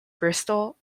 bristol